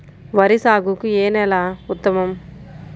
వరి సాగుకు ఏ నేల ఉత్తమం?